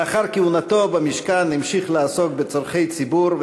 לאחר כהונתו במשכן הוא המשיך לעסוק בצורכי הציבור,